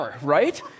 right